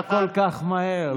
לא כל כך מהר.